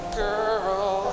girl